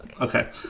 Okay